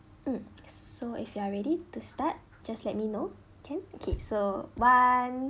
mm so if you are ready to start just let me know can okay so one